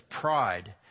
pride